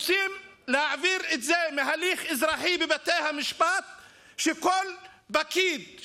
רוצים להעביר את זה מהליך אזרחי בבתי המשפט כך שכל פקיד,